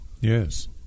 Yes